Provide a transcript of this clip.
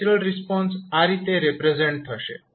natural response આ રીતે represent થશે